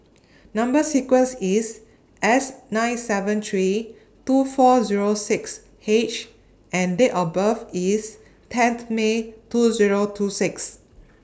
Number sequence IS S nine seven three two four Zero six H and Date of birth IS tenth May two Zero two six